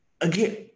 again